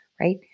Right